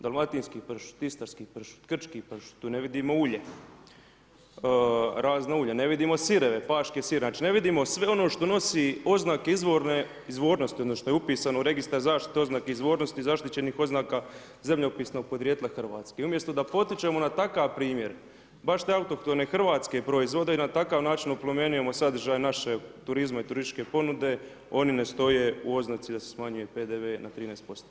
Dalmatinski pršut, istarski pršut, krčki pršut, tu ne vidimo ulje, razna ulja, ne vidimo sireve, paški sir, znači ne vidimo sve ono što nosi oznake izvornosti, ono što je upisano u Registar zaštite izvornosti zaštićenih oznaka zemljopisnog podrijetla Hrvatske i umjesto da potičemo na takav primjer, baš te autohtone hrvatske proizvode i na takav način oplemenjujemo sadržaj našeg turizma i turističke ponude, oni ne stoje u oznaci da se smanjuje PDV na 13%